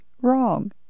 wrong